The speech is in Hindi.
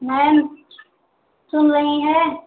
मैम सुन रही हैं